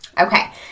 Okay